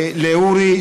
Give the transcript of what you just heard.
לאורי,